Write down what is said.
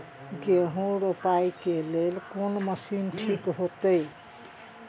गेहूं रोपाई के लेल कोन मशीन ठीक होते?